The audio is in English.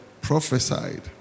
prophesied